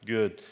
Good